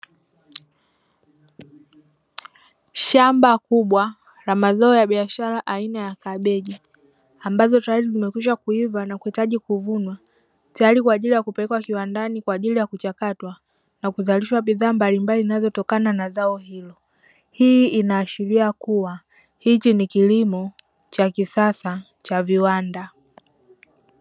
Shamba kubwa la mazao ya biashara aina ya kabeji, ambazo tayari zimekwisha kuiva na kuitaji kuvunwa tayari kwa ajili ya kupelekwa kiwandani. Kwa ajili ya kuchakatwa na kuzalishwa bidhaa mbalimbali zinazotokana na zao hilo. Hii inaashiria kuwa hichi ni kilimo cha viwanda.